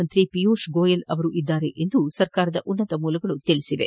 ಸಚಿವ ಪಿಯೂಷ್ ಗೋಯಲ್ ಅವರಿದ್ದಾರೆ ಎಂದು ಸರ್ಕಾರದ ಉನ್ನತ ಮೂಲಗಳು ತಿಳಿಸಿವೆ